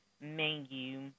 menu